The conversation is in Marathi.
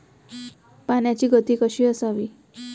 पाण्याची गती कशी असावी?